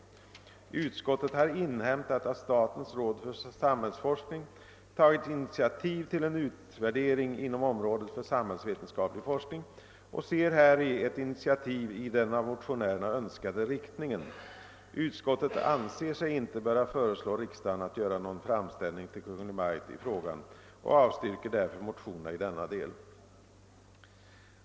Utskottet har inhämtat att statens råd för samhällsforskning tagit initiativ till en utvärdering inom området för samhällsvetenskaplig forskning och ser häri ett initiativ i den av motionärerna önskade riktningen. Utskottet anser sig inte böra föreslå riksdagen att göra någon framställning till Kungl. Maj:t i frågan och avstyrker därför motionerna i denna del.